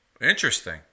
Interesting